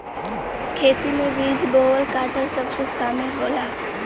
खेती में बीज बोवल काटल सब कुछ सामिल होला